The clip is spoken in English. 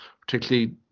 particularly